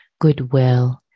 goodwill